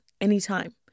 anytime